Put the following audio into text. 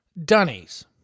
Dunnies